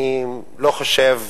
אני לא חושב,